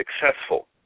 successful